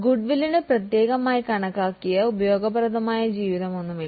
ഗുഡ്വില്ലിനു പ്രത്യേകമായി കണക്കാക്കിയ ഉപയോഗപ്രദമായ ലൈഫ് ഒന്നും ഇല്ല